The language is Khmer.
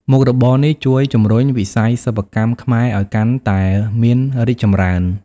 មុខរបរនេះជួយជំរុញវិស័យសិប្បកម្មខ្មែរឲ្យកាន់តែមានរីកចម្រើន។